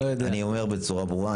אני אומר בצורה ברורה,